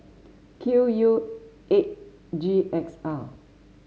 Q U eight G X R